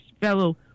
fellow